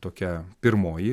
tokia pirmoji